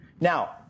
Now